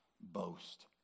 boast